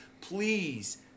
please